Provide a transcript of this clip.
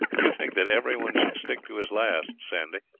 you think that everyone should stick to his last, sandy,